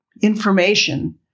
information